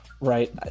right